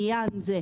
לעניין זה,